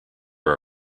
our